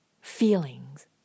feelings